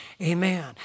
Amen